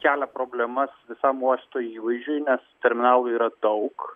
kelia problemas visam uosto įvaizdžiui nes terminalų yra daug